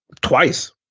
Twice